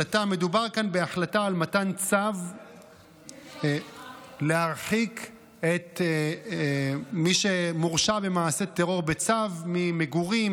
מדובר בהחלטה על מתן צו להרחיק את מי שמורשע במעשה טרור ממגורים,